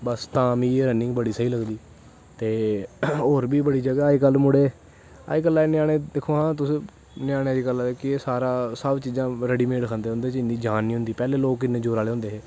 बस तां मिगी रनिंग बड़ी स्हेई लगदी ते होर बी जगा अज कल मुड़े अज कला दे ञ्यानें दिखमां तुस ञ्यानें अज कल सब रड़ी मेड़ खंदे उंदे च इन्नी जान नी होंदी पैह्लैं लोग किन्ने जोर आह्ले होंदे हे